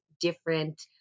different